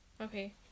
okay